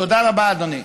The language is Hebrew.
תודה רבה, אדוני.